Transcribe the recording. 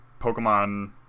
Pokemon